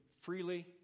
freely